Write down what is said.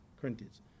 Corinthians